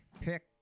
pick